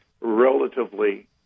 relatively